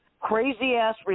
crazy-ass